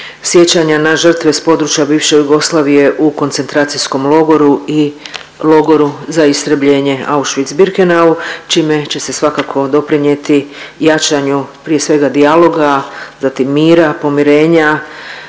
sjećanja na žrtve s područja bivše Jugoslavije u koncentracijskom logoru i logoru za istrebljenje Auschwitz-Birkenau, čime će se svakako doprinjeti jačanju prije svega dijaloga, zatim mira, pomirenja,